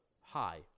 high